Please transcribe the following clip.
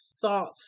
thoughts